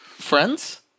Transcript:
Friends